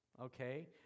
okay